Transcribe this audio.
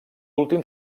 últim